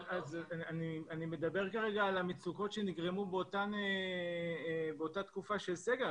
אני מדבר כרגע על המצוקות שנגרמו באותה תקופה של סגר.